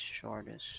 shortest